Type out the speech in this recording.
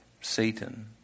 Satan